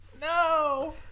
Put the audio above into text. No